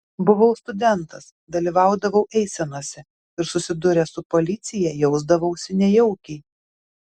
buvau studentas dalyvaudavau eisenose ir susidūręs su policija jausdavausi nejaukiai